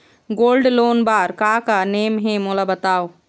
Gold loan बार का का नेम हे, मोला बताव?